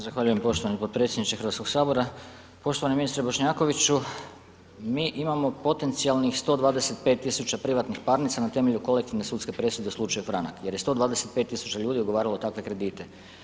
Zahvaljujem poštovani podpredsjedniče Hrvatskog sabora, poštovani ministre Bošnjakoviću mi imamo potencijalnih 125.000 privatnih parnica na temelju kolektivne sudske presude u slučaju Franak, jer je 125.000 ljudi ugovaralo takve kredite.